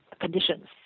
conditions